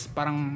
Parang